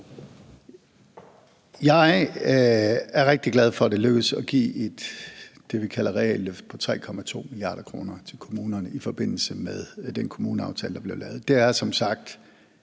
Jeg er rigtig glad for, at det lykkedes at give det, vi kalder et realløft på 3,2 mia. kr. til kommunerne i forbindelse med den kommuneaftale, der blev lavet.